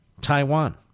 Taiwan